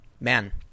man